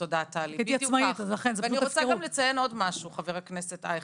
הייתי עצמאית, זאת פשוט הפקרות.